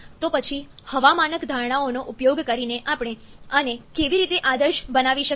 તો પછી હવા માનક ધારણાઓનો ઉપયોગ કરીને આપણે આને કેવી રીતે આદર્શ બનાવી શકીએ